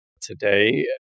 today